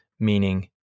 meaning